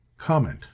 comment